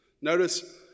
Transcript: Notice